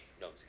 No